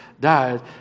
died